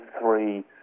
three